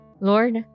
Lord